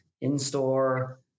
in-store